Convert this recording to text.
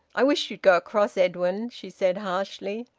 i wish you'd go across, edwin, she said harshly.